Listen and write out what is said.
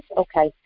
okay